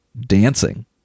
dancing